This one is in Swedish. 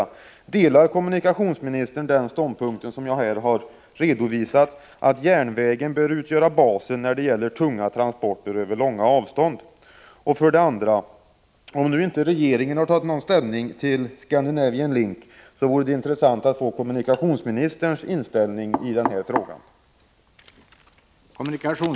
Delar kommunikationsministern den ståndpunkt som jag här har redovisat, nämligen att järnvägen bör utgöra basen för tunga transporter över långa avstånd? 2. Om nu regeringen inte har tagit ställning till Scandinavian Link, vore det intressant att få ta del av kommunikationsministerns inställning i den frågan.